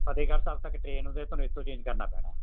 ਫਤਹਿਗੜ੍ਹ ਸਾਹਿਬ ਤੱਕ ਟ੍ਰੇਨ ਉਦੇ ਆਪਾਂ ਨੂੰ ਇੱਥੋਂ ਚੇਂਜ ਕਰਨਾ ਪੈਣਾ